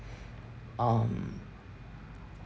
um